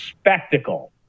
spectacle